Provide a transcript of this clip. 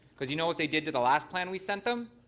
because you know what they did to the last plan we sent them,